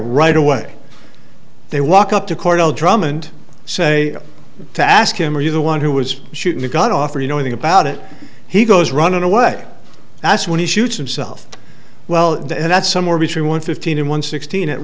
right away they walk up to cornell drummond say to ask him are you the one who was shooting he got off or you know nothing about it he goes running away that's when he shoots himself well in the end that's somewhere between one fifteen and one sixteen at